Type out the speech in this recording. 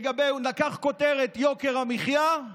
הוא לקח כותרת, יוקר המחיה,